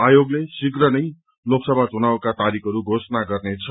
आयोगले शीप्र नै लोकसभा चुनावको तारिखहरू घोषणा गर्नेछ